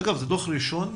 אגב, זה דוח ראשון?